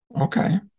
Okay